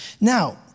Now